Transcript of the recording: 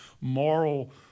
moral